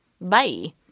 Bye